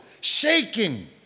shaking